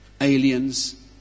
Aliens